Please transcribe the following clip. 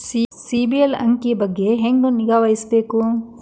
ಸಿಬಿಲ್ ಅಂಕಿ ಬಗ್ಗೆ ಹೆಂಗ್ ನಿಗಾವಹಿಸಬೇಕು?